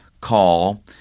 call